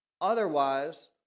Otherwise